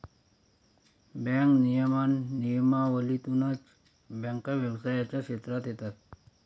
bank नियमन नियमावलीतूनच बँका व्यवसायाच्या क्षेत्रात येतात